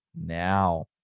now